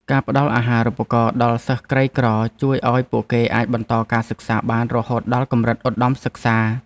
ការផ្តល់អាហារូបករណ៍ដល់សិស្សក្រីក្រជួយឱ្យពួកគេអាចបន្តការសិក្សាបានរហូតដល់កម្រិតឧត្តមសិក្សា។